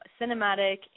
Cinematic